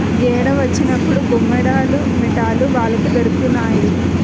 గెడ్డ వచ్చినప్పుడు బొమ్మేడాలు మిట్టలు వలకి దొరికినాయి